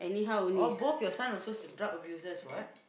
oh both your son also are drug abusers what